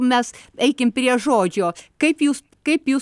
mes eikim prie žodžio kaip jūs kaip jūs